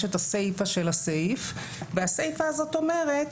יש את הסיפא של הסעיף והסיפא הזאת אומרת